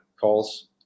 calls